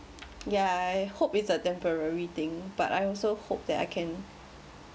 ya I hope it's a temporary thing but I also hope that I can